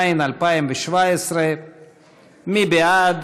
התשע"ז 2017. מי בעד?